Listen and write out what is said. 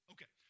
Okay